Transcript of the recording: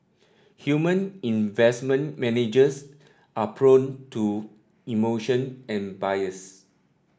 human investment managers are prone to emotion and bias